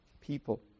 people